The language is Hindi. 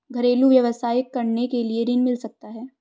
घरेलू व्यवसाय करने के लिए ऋण मिल सकता है?